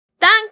Thank